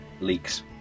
Leaks